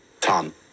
Tom